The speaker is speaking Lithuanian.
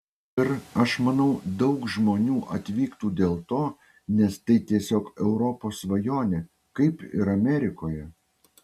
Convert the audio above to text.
ir aš manau daug žmonių atvyktų dėl to nes tai tiesiog europos svajonė kaip ir amerikoje